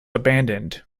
abandoned